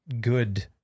good